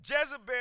Jezebel